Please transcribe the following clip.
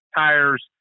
tires